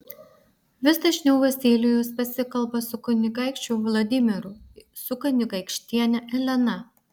vis dažniau vasilijus pasikalba su kunigaikščiu vladimiru su kunigaikštiene elena